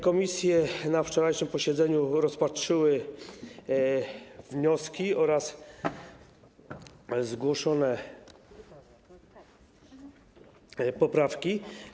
Komisje na wczorajszym posiedzeniu pozytywnie rozpatrzyły wnioski oraz zgłoszone poprawki.